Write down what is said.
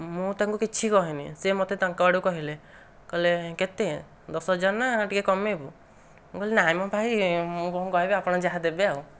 ମୁଁ ତାଙ୍କୁ କିଛି କହିନି ସେ ମୋତେ ତାଙ୍କ ଆଡ଼ୁ କହିଲେ କହିଲେ କେତେ ଦଶହଜାର ନା ଟିକିଏ କମେଇବୁ ମୁଁ କହିଲି ନାଇଁ ମୋ ଭାଇ ମୁଁ କହିବି ଆପଣ ଯାହା ଦେବେ ଆଉ